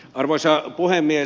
arvoisa puhemies